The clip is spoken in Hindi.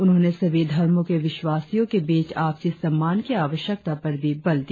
उन्होंने सभी धर्मो के विश्वासियो के बीच आपसी सम्मान की आवश्यकता पर भी बल दिया